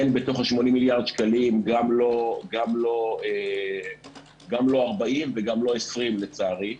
אין בהם גם לא 40 וגם לא 20, לצערי.